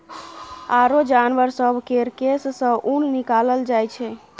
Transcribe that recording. आरो जानबर सब केर केश सँ ऊन निकालल जाइ छै